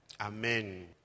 Amen